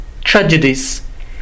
tragedies